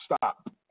stop